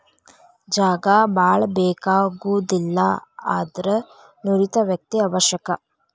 ಜಾಗಾ ಬಾಳ ಬೇಕಾಗುದಿಲ್ಲಾ ಆದರ ನುರಿತ ವ್ಯಕ್ತಿ ಅವಶ್ಯಕ